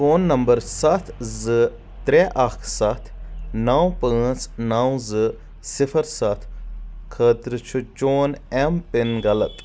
phone number سَتھ زٕ ترٛےٚ اَکھ سَتھ نَو پانٛژھ نَو زٕ صِفَر سَتھ خٲطرٕ چھُ چون ایم پِن غلط